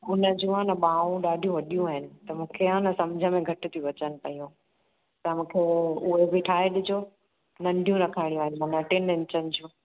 उन जूं आहे न बाहूं ॾाढियूं वॾियूं आहिनि त मूंखे आहे न सम्झि में घटि थियूं अचनि पयूं त मूंखे उहे बि ठाहे ॾिजो नंढियूं रखाइणियूं आहिनि माना टिनि इंचनि जूं